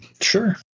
Sure